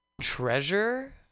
treasure